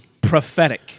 Prophetic